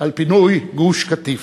על פינוי גוש-קטיף.